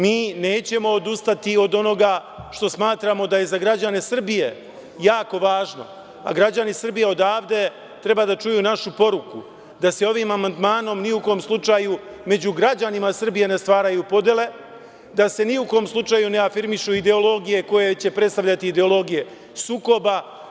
Mi nećemo odustati od onoga što smatramo da je za građane Srbije jako važno, a građani Srbije odavde treba da čuju našu poruku da se ovim amandmanom ni u kom slučaju među građanima Srbije ne stvaraju podele, da se ni u kom slučaju ne afirmišu ideologije koje će predstavljati ideologije sukoba.